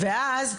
ואז,